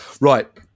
Right